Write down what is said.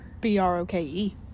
B-R-O-K-E